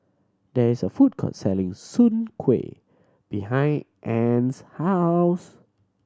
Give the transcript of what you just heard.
there is a food court selling Soon Kueh behind Anne's house